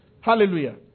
Hallelujah